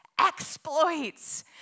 exploits